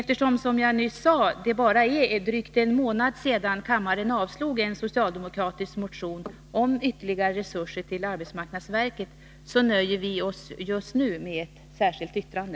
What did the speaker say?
Eftersom, som jag nyss sade, det bara är drygt en månad sedan kammaren avslog en socialdemokratisk motion om ytterligare resurser till arbetsmarknadsverket, nöjer vi oss just nu med ett särskilt yttrande.